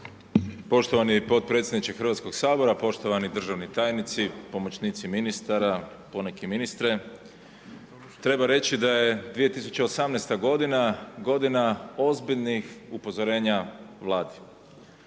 Poštovani potpredsjedniče Hrvatskoga sabora, poštovani državni tajnici, pomoćnici ministara, poneki ministre, treba reći da je 2018. godina, godina ozbiljnih upozorenja Vladi.